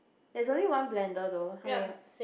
there's only one blender though how many yours